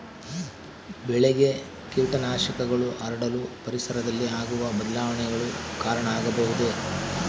ಬೆಳೆಗೆ ಕೇಟನಾಶಕಗಳು ಹರಡಲು ಪರಿಸರದಲ್ಲಿ ಆಗುವ ಬದಲಾವಣೆಗಳು ಕಾರಣ ಆಗಬಹುದೇ?